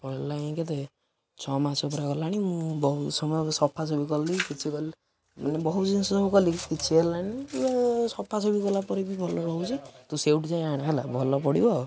ପଳେଇଲାଣି କେତେ ଛଅ ମାସ ଉପରେ ଗଲାଣି ମୁଁ ବହୁତ ସମୟ ସଫାସୁଫି କଲି କିଛି କଲି ମାନେ ବହୁତ ଜିନିଷ ସବୁ କଲି କିଛି ହେଲାଣି କିମ୍ବା ସଫାସୁଫି କଲା ପରେ ବି ଭଲ ରହୁଛି ତୁ ସେଇଠୁ ଯାଇ ଆଣେ ହେଲା ଭଲ ପଡ଼ିବ